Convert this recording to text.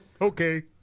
Okay